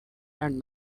and